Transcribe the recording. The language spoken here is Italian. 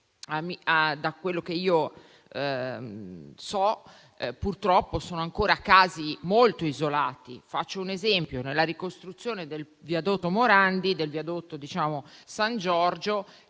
Da quello che so, infatti, purtroppo questi sono ancora casi molto isolati. Faccio un esempio. Nella ricostruzione del ponte Morandi e del viadotto San Giorgio